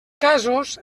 casos